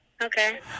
Okay